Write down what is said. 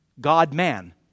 God-man